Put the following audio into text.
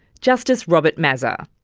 justice robert mazza.